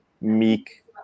meek